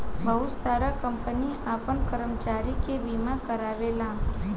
बहुत सारा कंपनी आपन कर्मचारी के बीमा कारावेला